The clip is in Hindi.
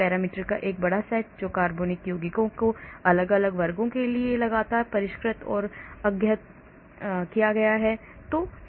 पैरामीटर का एक बड़ा सेट जो कार्बनिक यौगिकों के कई अलग अलग वर्गों के लिए लगातार परिष्कृत और अद्यतन किया जाता है